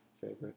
favorite